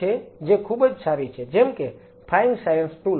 જે ખુબજ સારી છે જેમકે ફાઈન સાયન્સ ટુલ્સ